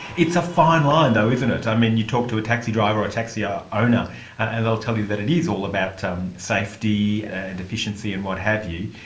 it's a fine line though, isn't it. i mean, you talk to a taxi driver or a taxi ah owner and they will tell you that it is all about um safety and efficiency and what have you.